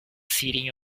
sitting